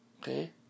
okay